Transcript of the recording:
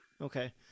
Okay